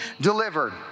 delivered